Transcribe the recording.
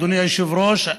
אדוני היושב-ראש.